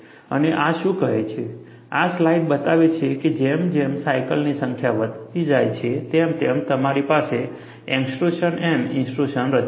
અને આ શું કહે છે આ સ્લાઇડ બતાવે છે કે જેમ જેમ સાયકલની સંખ્યા વધતી જાય છે તેમ તેમ તમારી પાસે એક્સ્ટ્રુશન એન્ડ ઇન્ટ્રુશન રચાશે